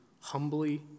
humbly